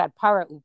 para